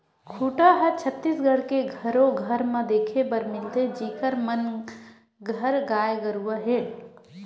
खूटा ह छत्तीसगढ़ के घरो घर म देखे बर मिलथे जिखर मन घर गाय गरुवा हे